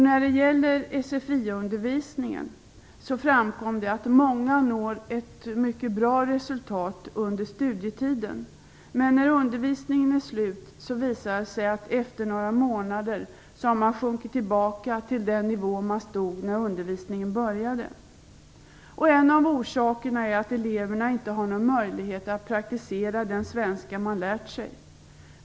När det gäller sfi-undervisningen framkom det att många når ett mycket bra resultat under studietiden, men när undervisningen är slut visar det sig att de efter några månader har sjunkit tillbaka till den nivå där de stod när undervisningen började. En av orsakerna är att eleverna inte har någon möjlighet att praktisera den svenska de har lärt sig.